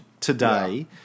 today